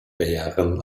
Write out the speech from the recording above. bären